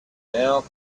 now